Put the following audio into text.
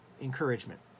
encouragement